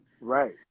right